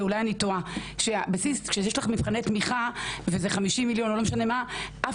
ואולי אני טועה: כשיש לך מבחני תמיכה וזה 50 מיליון או לא משנה מה,